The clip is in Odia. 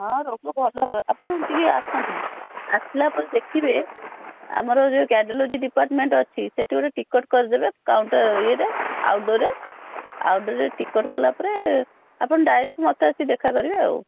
ହଁ ରୋଗ ଭଲ ହେବ ଆପଣ ଟିକିଏ ଆସନ୍ତୁ ଆସିଲା ପରେ ଦେଖିବେ ଆମର ଯେଉଁ କାର୍ଡ଼ିଓଲୋଜି ଡିପାର୍ଟମେଣ୍ଟ ଅଛି ସେଠି ଗୋଟେ ଟିକେଟ୍ କରି ଦେବେ କାଉଣ୍ଟର ଇଏରେ ଆଉଟଡ଼ୋରରେ ଆଉଟଡ଼ୋରରେ ଟିକେଟ୍ କଲା ପରେ ଆପଣ ଡାଇରେକ୍ଟ ମୋତେ ଆସି ଦେଖା କରିବେ ଆଉ